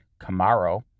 Camaro